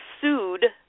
sued